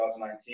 2019